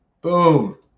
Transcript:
Boom